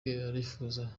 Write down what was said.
arifuza